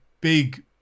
big